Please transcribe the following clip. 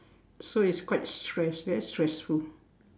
so it's quite stress very stressful